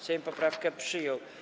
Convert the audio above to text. Sejm poprawkę przyjął.